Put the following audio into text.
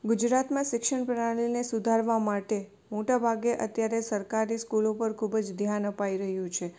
ગુજરાતનાં શિક્ષણ પ્રણાલિને સુધારવા માટે મોટાભાગે અત્યારે સરકારી સ્કૂલો પર ખૂબ જ ધ્યાન અપાઇ રહ્યું છે